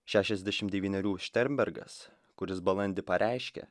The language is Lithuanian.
šešiasdešimt devyneriųerių šternbergas kuris balandį pareiškė